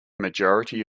majority